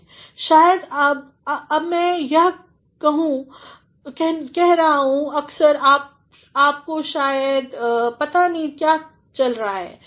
Refer slide 3426 शायद अब मै यह क्यों कह रहा हूँ अक्सर आपको शायद पता नहीं हो क्या चल रहा है